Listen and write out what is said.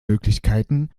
möglichkeiten